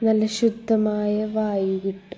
നല്ല ശുദ്ധമായ വായു കിട്ടും